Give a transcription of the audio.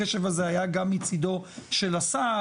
הקשב הזה היה גם מצידו של השר,